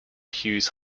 hughes